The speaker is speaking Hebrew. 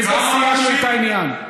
בזה סיימנו את העניין.